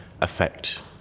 affect